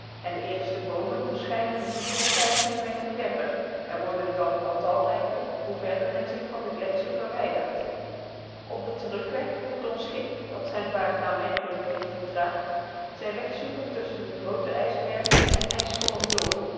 en de eerste boomen verschijnen vier of vijf kilometer verder en worden dan al talrijker hoe verder men zich van den gletscher verwijdert op den terugweg moet ons schip dat zijne vaart aanmerkelijk heeft vertraagd zijnen weg zoeken tusschen de groote ijsbergen en ijsschollen door